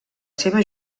seva